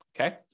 Okay